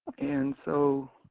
and so,